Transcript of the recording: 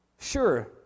sure